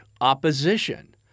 opposition